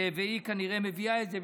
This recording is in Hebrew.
והיא כנראה מביאה את זה,